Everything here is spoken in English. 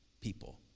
people